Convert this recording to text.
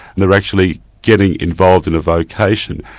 they're actually getting involved in a vocation.